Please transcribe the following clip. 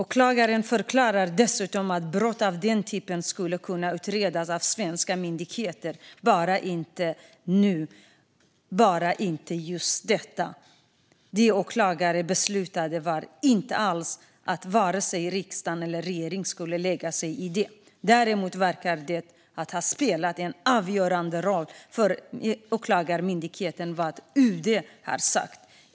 Åklagaren förklarar dessutom att brott av den typen skulle kunna utredas av svenska myndigheter. Bara inte nu. Bara inte just detta. Det som åklagaren beslutade var inte alls att varken riksdag eller regering skulle lägga sig i det. Däremot verkar det ha spelat en avgörande roll för Åklagarmyndigheten vad UD har sagt.